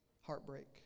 heartbreak